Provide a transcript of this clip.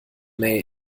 mähe